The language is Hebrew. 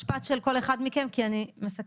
משפט של כל אחד מכם כי אני מסכמת.